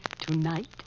Tonight